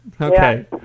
Okay